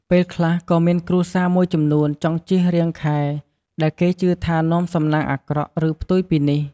ពេលខ្លះក៏មានគ្រួសារមួយចំនួនចង់ជៀសរាងខែ ដែលគេជឿថានាំសំណាងអាក្រក់ ឬផ្ទុយពីនេះ។